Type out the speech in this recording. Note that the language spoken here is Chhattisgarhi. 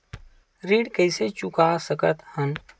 ऋण कइसे चुका सकत हन?